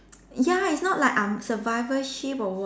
ya it's not like I'm survivorship or what